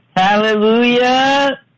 hallelujah